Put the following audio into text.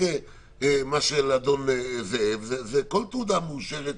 של אדון זאב אלא כל תעודה מאושרת שהיא.